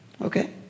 Okay